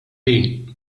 ħin